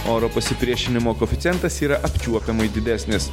oro pasipriešinimo koeficientas yra apčiuopiamai didesnis